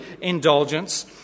indulgence